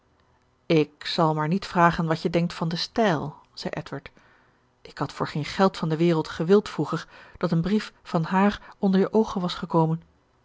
ik zal maar niet vragen wat je denkt van den stijl zei edward ik had voor geen geld van de wereld gewild vroeger dat een brief van haar onder je oogen was gekomen